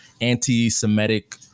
anti-Semitic